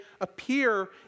appear